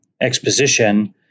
exposition